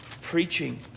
Preaching